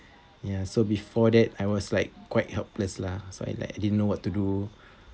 ya so before that I was like quite helpless lah so I like I didn't know what to do